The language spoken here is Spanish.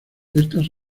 estas